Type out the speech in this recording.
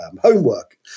homework